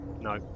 No